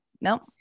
nope